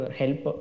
help